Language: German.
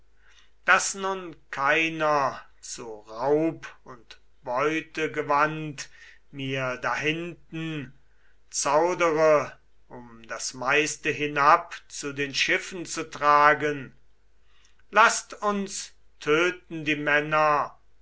daß nun keiner zu raub und beute gewandt mir dahinten zaudere um das meiste hinab zu den schiffen zu tragen jener sprach's und erregte den mut und die herzen der männer